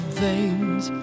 veins